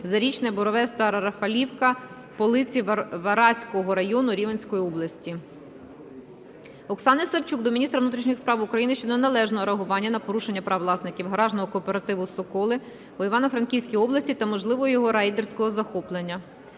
Зарічне - Борове - Стара Рафалівка - Полиці Вараського району Рівненської області. Оксани Савчук до міністра внутрішніх справ України щодо належного реагування на порушення прав власників гаражного кооперативу "Соколи" у Івано-Франківській та можливого його рейдерського захоплення.